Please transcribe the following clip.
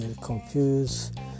confused